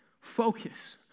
Focus